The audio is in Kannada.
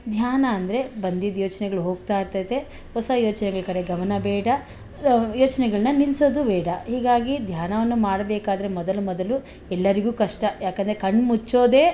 ಧ್ಯಾನ ಅಂದರೆ ಬಂದಿದ್ದ ಯೋಚನೆಗಳು ಹೋಗ್ತಾಯಿರ್ತೈತೆ ಹೊಸ ಯೋಚ್ನೆಗಳ ಕಡೆ ಗಮನ ಬೇಡ ಯೋಚ್ನೆಗಳನ್ನ ನಿಲ್ಸೋದು ಬೇಡ ಹೀಗಾಗಿ ಧ್ಯಾನವನ್ನು ಮಾಡಬೇಕಾದ್ರೆ ಮೊದಲು ಮೊದಲು ಎಲ್ಲರಿಗೂ ಕಷ್ಟ ಏಕೆಂದ್ರೆ ಕಣ್ಣು ಮುಚ್ಚೋದೆ